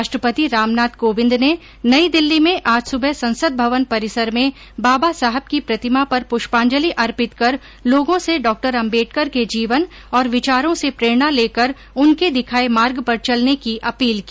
राष्ट्रपति रामनाथ कोविंद ने नई दिल्ली में आज सुबह संसद भवन परिसर में बाबा साहब की प्रतिमा पर पुष्पांजलि अर्पित कर लोगों से डॉक्टर अम्बेडकर के जीवन और विचारों से प्रेरणा लेकर उनके दिखाए मार्ग पर चलने की अपील की